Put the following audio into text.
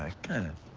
kind of.